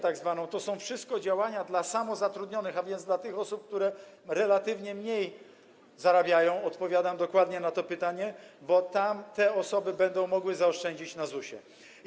To wszystko działania dla samozatrudnionych, a więc dla tych osób, które relatywnie mniej zarabiają - odpowiadam dokładnie na to pytanie - bo te osoby będą mogły zaoszczędzić na ZUS-ie.